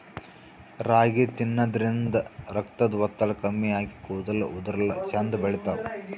ರಾಗಿ ತಿನ್ನದ್ರಿನ್ದ ರಕ್ತದ್ ಒತ್ತಡ ಕಮ್ಮಿ ಆಗಿ ಕೂದಲ ಉದರಲ್ಲಾ ಛಂದ್ ಬೆಳಿತಾವ್